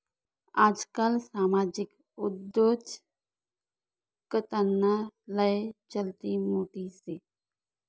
आजकाल सामाजिक उद्योजकताना लय चलती मोठी शे